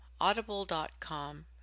Audible.com